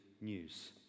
news